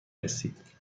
رسید